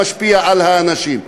שמשפיע על האנשים.